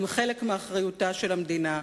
הם חלק מאחריותה של המדינה.